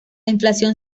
inflación